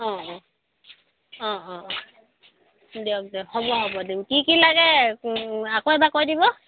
অঁ অঁ অঁ অঁ দিয়ক দিয়ক হ'ব হ'ব দিম কি কি লাগে আকৌ এবাৰ কৈ দিব